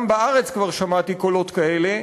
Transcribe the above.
גם בארץ כבר שמעתי קולות כאלה,